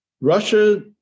Russia